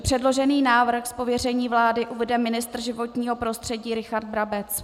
Předložený návrh z pověření vlády uvede ministr životního prostředí Richard Brabec.